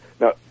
Now